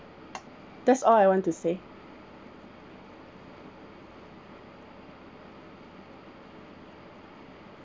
that's all I want to say